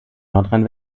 nordrhein